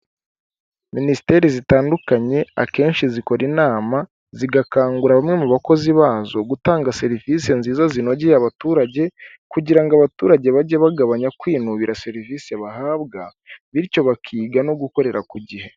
Minisiteri zitandukanye akenshi zikora inama zigakangura bamwe mu bakozi bazo gutanga serivisi nziza zinogeye abaturage kugira ngo abaturage bajye bagabanya kwinubira serivisi bahabwa bityo bakiga no gukorera ku gihe.